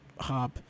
hop